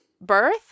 birth